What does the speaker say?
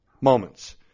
moments